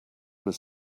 was